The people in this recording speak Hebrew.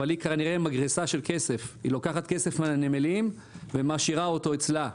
אבל היא כנראה מגרסה של כסף היא לוקחת כסף מהנמלים ומשאירה אותו אצלה.